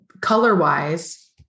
color-wise